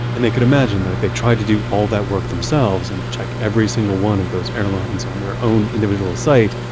and they could imagine that if they tried to do all that work themselves and check every single one of those airlines on their own individual site,